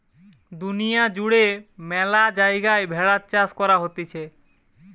দুনিয়া জুড়ে ম্যালা জায়গায় ভেড়ার চাষ করা হতিছে